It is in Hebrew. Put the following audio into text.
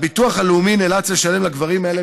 הביטוח הלאומי נאלץ לשלם לגברים האלה